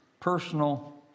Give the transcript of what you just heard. personal